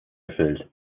erfüllt